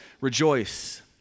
rejoice